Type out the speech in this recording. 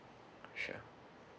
sure